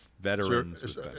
veterans